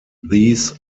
these